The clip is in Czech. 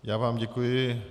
Já vám děkuji.